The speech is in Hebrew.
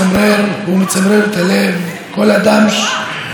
והוא אובדן קשה מנשוא למשפחתו ולמקורביו.